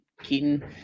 Keaton